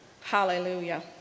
Hallelujah